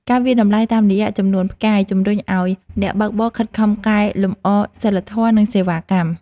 ការវាយតម្លៃតាមរយ:ចំនួនផ្កាយ ជំរុញឱ្យអ្នកបើកបរខិតខំកែលម្អសីលធម៌ និងសេវាកម្ម។